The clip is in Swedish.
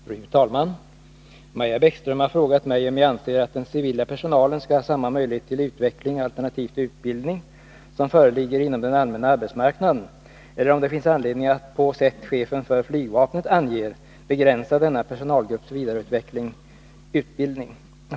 Fru talman! Maja Bäckström har frågat mig om jag anser att den civila personalen skall ha samma möjligheter till utveckling alternativt utbildning som föreligger inom den allmänna arbetsmarknaden eller om det finns anledning att, på sätt chefen för flygvapnet anger, begränsa denna personalgrupps vidareutveckling/utbildning.